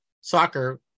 soccer